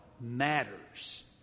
matters